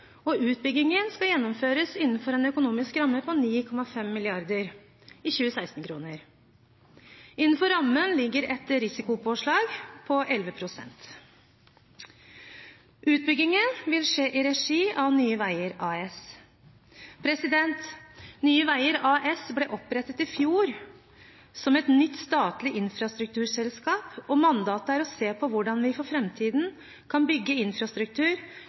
og utbyggingen skal gjennomføres innenfor en økonomisk ramme på 9,5 mrd. 2016-kroner. Innenfor rammen ligger et risikopåslag på 11 pst. Utbyggingen vil skje i regi av Nye Veier AS. Nye Veier AS ble opprettet i fjor som et nytt statlig infrastrukturselskap, og mandatet er å se på hvordan vi i framtiden kan bygge infrastruktur